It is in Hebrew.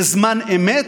בזמן אמת,